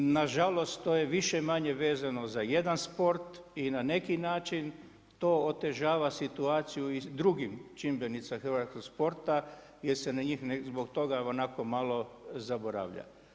Nažalost, to je više-manje vezan za jedan sport i na neki način, to otežava na neki način i drugim čimbenicima hrvatskog sporta, gdje se na njih zbog toga onako malo zaboravlja.